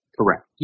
correct